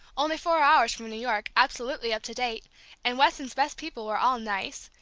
only four hours from new york, absolutely up-to-date and weston's best people were all nice,